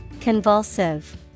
Convulsive